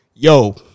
Yo